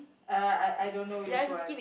uh I I don't know which one